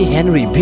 Henry